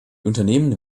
unternehmen